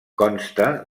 consta